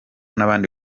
n’abandi